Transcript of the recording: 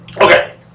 Okay